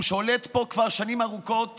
הוא שולט פה כבר שנים ארוכות